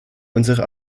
unsere